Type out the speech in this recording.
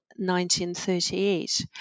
1938